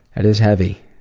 that is heavy.